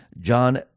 John